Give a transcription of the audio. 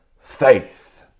faith